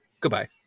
goodbye